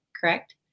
correct